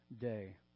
day